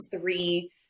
three